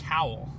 Cowl